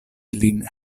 lin